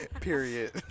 Period